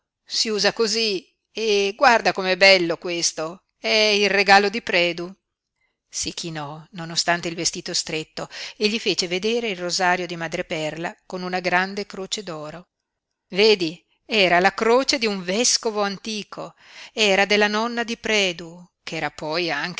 si usa cosí e guarda com'è bello questo è il regalo di predu si chinò nonostante il vestito stretto e gli fece vedere il rosario di madreperla con una grande croce d'oro vedi era la croce di un vescovo antico era della nonna di predu ch'era poi